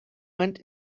went